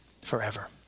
forever